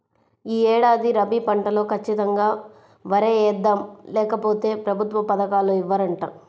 యీ ఏడాది రబీ పంటలో ఖచ్చితంగా వరే యేద్దాం, లేకపోతె ప్రభుత్వ పథకాలు ఇవ్వరంట